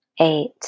eight